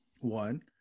one